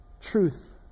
truth